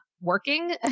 working